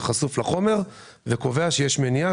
שחשוף לחומר וקובע שיש מניעה.